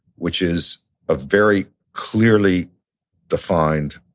which is a very clearly defined,